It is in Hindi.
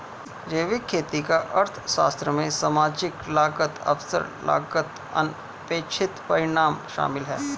जैविक खेती का अर्थशास्त्र में सामाजिक लागत अवसर लागत अनपेक्षित परिणाम शामिल है